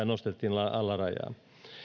nostettiin alarajaa